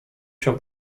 się